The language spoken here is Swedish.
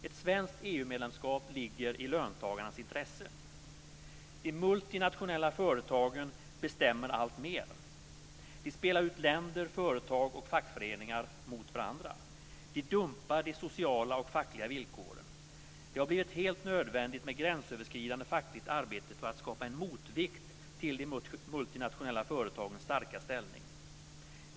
Ett svenskt EU-medlemskap ligger i löntagarnas intresse. De multinationella företagen bestämmer alltmer. De spelar ut länder, företag och fackföreningar mot varandra. De dumpar de sociala och fackliga villkoren. Det har blivit helt nödvändigt med gränsöverskridande fackligt arbete för att skapa en motvikt till de multinationella företagens starka ställning.